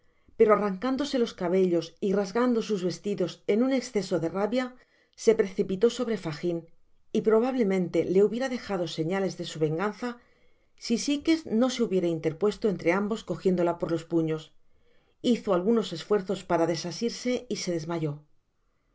pero arrancándose los cabellos y rasgando sus vestidos en un exceso de rabia se precipitó sobre fagin y probablemente le hubiera dejado señales de su venganza si sikes no se hubiere interpuesto entre ambos cojiéndola por los puños hizo algunos esfuerzos para desacirse y se desmayó